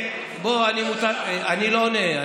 אני לא עונה,